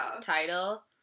title